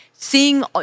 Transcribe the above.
seeing